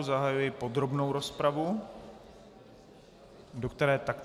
Zahajuji podrobnou rozpravu, do které také...